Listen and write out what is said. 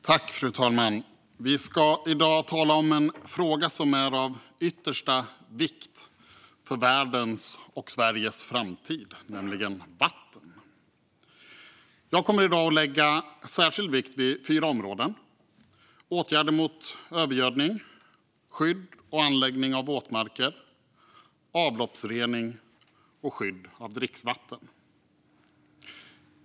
Fru talman! Vi ska i dag tala om en fråga som är av yttersta vikt för världens och Sveriges framtid, nämligen vatten. Jag kommer i dag att lägga särskild vikt vid fyra områden, nämligen åtgärder mot övergödning, skydd och anläggning av våtmarker, avloppsrening och skydd av dricksvatten.